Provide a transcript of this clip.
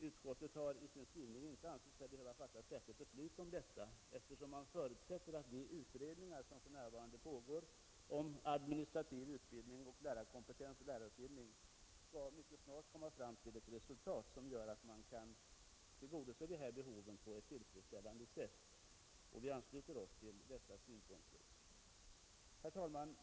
Utskottet har inte ansett sig behöva fatta särskilt beslut om detta, eftersom man förutsätter att de utredningar som för närvarande pågår om administrativ utbildning, lärarkompetens och lärarutbildning mycket snart skall komma fram till ett resultat, som gör det möjligt att tillgodose dessa behov på ett tillfredsställande sätt. Vi ansluter oss till dessa synpunkter. Herr talman!